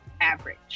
average